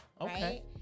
Okay